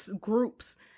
groups